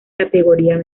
categorías